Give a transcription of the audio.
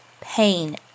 pain